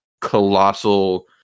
colossal